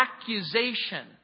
accusation